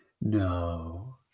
No